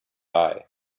eye